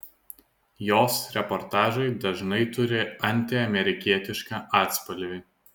jos reportažai dažnai turi antiamerikietišką atspalvį